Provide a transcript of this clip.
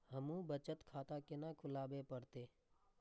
हमू बचत खाता केना खुलाबे परतें?